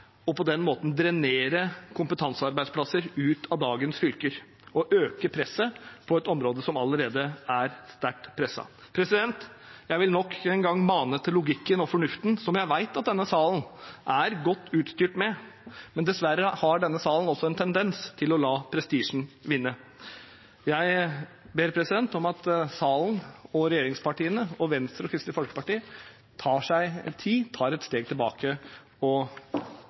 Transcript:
og på den måten drenere kompetansearbeidsplasser ut av dagens fylker og øke presset på et område som allerede er sterkt presset. Jeg vil nok en gang mane til logikk og fornuft, som jeg vet at denne salen er godt utstyrt med. Men dessverre har denne salen også en tendens til å la prestisjen vinne. Jeg ber om at salen og regjeringspartiene med Venstre, og Kristelig Folkeparti, tar seg tid, tar et steg tilbake og